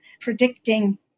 predicting